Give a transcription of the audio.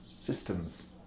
systems